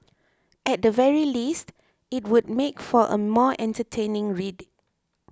at the very least it would make for a more entertaining read